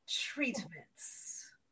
treatments